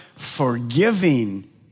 forgiving